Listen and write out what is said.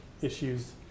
issues